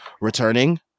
returning